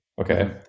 Okay